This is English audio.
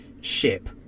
ship